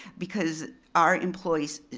because our employees,